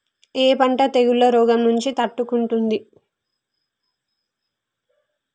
ఏ పంట తెగుళ్ల రోగం నుంచి తట్టుకుంటుంది?